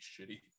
shitty